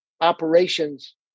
operations